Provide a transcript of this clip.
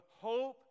hope